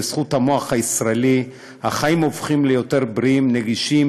בזכות המוח הישראלי החיים הופכים ליותר בריאים ונגישים,